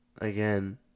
Again